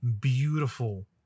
beautiful